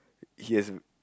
he has a